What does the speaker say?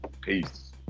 Peace